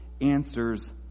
answers